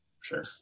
sure